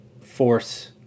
force